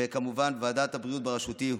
וכמובן בוועדת הבריאות בראשותי.